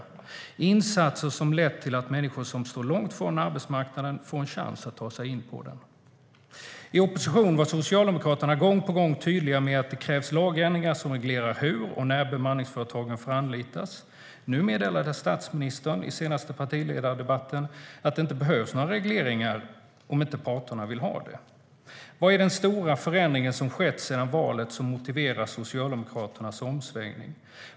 Det är insatser som har lett till att människor som står långt från arbetsmarknaden får en chans att ta sig in på den.I opposition var Socialdemokraterna gång på gång tydliga med att det krävs lagändringar som reglerar hur och när bemanningsföretag får anlitas. Nu meddelade statsministern i den senaste partiledardebatten att det inte behövs några regleringar om inte parterna vill ha det. Vilken är den stora förändring som skett sedan valet som motiverar Socialdemokraternas omsvängning?